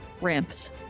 ramps